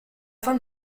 fin